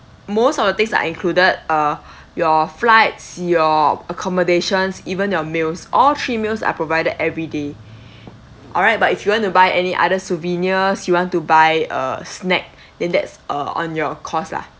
most of the things are included uh your flights your accommodations even your meals all three meals are provided every day alright but if you want to buy any other souvenirs you want to buy uh snack then that's uh on your course lah